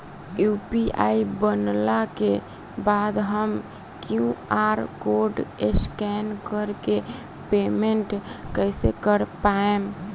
UPI बनला के बाद हम क्यू.आर कोड स्कैन कर के पेमेंट कइसे कर पाएम?